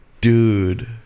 Dude